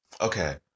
okay